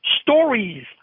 Stories